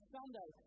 Sunday